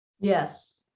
Yes